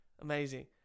Amazing